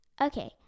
Okay